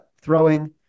throwing